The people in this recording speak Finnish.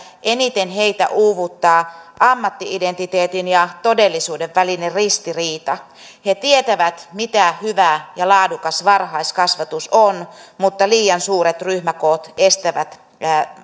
eniten heitä uuvuttaa ammatti identiteetin ja todellisuuden välinen ristiriita he tietävät mitä hyvä ja laadukas varhaiskasvatus on mutta liian suuret ryhmäkoot